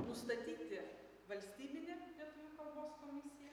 nustatyti valstybinė lietuvių kalbos komisija